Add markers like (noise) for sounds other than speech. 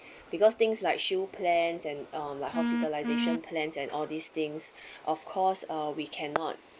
because things like shield plans and um like hospitalisation plans and all these things (breath) of course uh we cannot